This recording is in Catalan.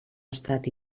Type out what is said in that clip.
estat